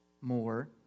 more